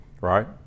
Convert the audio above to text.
Right